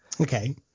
Okay